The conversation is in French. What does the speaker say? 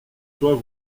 soit